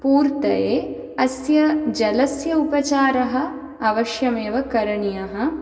पूर्तये अस्य जलस्य उपचारः अवश्यमेव करणीयः